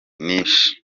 nishe